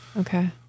Okay